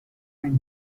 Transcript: años